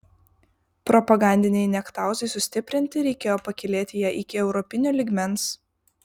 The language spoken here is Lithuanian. propagandinei niektauzai sustiprinti reikėjo pakylėti ją iki europinio lygmens